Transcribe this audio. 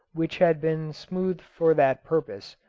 which had been smoothed for that purpose,